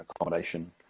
accommodation